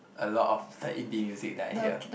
a lot of the indie music that I hear